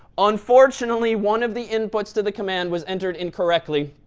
unfortunately, one of the inputs to the command was entered incorrectly,